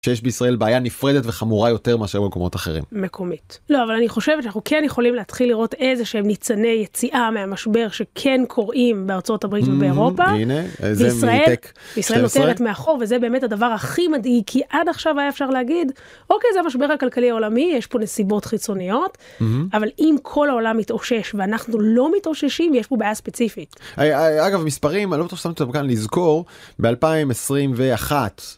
יש בישראל בעיה נפרדת וחמורה יותר משהו במקומות אחרים. מקומית. לא, אבל אני חושבת שאנחנו כן יכולים להתחיל לראות איזה שהם ניצני יציאה מהמשבר שכן קורים בארצות הברית ובאירופה. הנה, ישראל נותרת מאחור, וזה באמת הדבר הכי מדאיג. כי עד עכשיו היה אפשר להגיד, אוקיי זה המשבר הכלכלי העולמי, יש פה נסיבות חיצוניות. אבל אם כל העולם מתאושש ואנחנו לא מתאוששים יש פה בעיה ספציפית. אגב, מספרים לזכור ב-2021.